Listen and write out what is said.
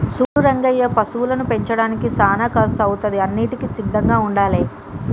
సూడు రంగయ్య పశువులను పెంచడానికి సానా కర్సు అవుతాది అన్నింటికీ సిద్ధంగా ఉండాలే